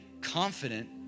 confident